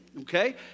okay